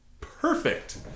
Perfect